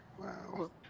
Wow